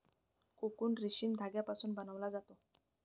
cocoon रेशीम धाग्यापासून बनवला जातो